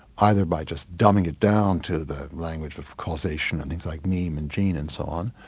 either by just dumbing it down to the language of causation and things like meme and gene and so on,